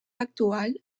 actual